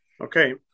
Okay